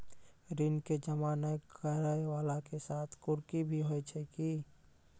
ऋण के जमा नै करैय वाला के साथ कुर्की भी होय छै कि?